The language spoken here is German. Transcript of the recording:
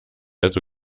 also